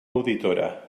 auditora